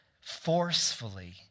forcefully